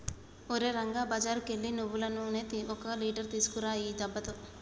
ఓరే రంగా బజారుకు ఎల్లి నువ్వులు నూనె ఒక లీటర్ తీసుకురా ఈ డబ్బుతో